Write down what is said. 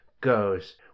goes